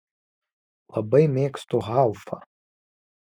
labai mėgstu haufą